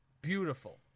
Beautiful